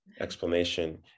explanation